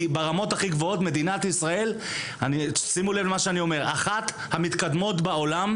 כי ברמות הכי גבוהות מדינת ישראל היא אחת מן המתקדמות בעולם